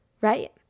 right